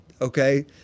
okay